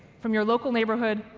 from your local neighborhood,